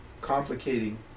complicating